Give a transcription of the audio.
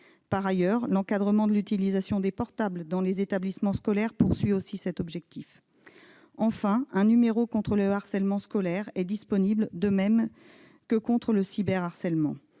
scolaire. L'encadrement de l'utilisation des portables dans les établissements scolaires vise ce même objectif. Un numéro contre le harcèlement scolaire est disponible, de même que contre le cyberharcèlement.